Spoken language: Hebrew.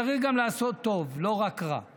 צריך גם לעשות טוב, לא רק רע.